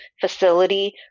facility